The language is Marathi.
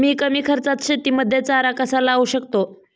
मी कमी खर्चात शेतीमध्ये चारा कसा लावू शकतो?